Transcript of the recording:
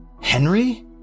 Henry